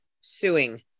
suing